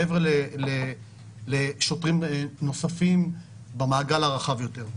מעבר לשוטרים נוספים במעגל הרחב יותר.